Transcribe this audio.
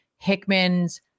Hickman's